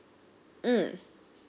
mm